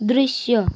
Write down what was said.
दृश्य